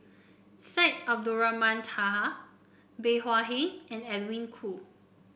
Syed Abdulrahman Taha Bey Hua Heng and Edwin Koo